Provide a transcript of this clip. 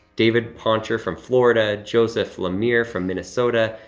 david poncher from florida. joseph lemire from minnesota,